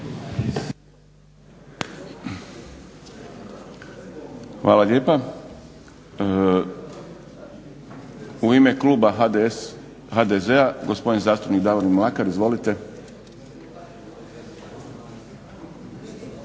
Hvala lijepa. U ime kluba HDZ-a gospodin zastupnik Davorin Mlakar. Izvolite.